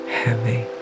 heavy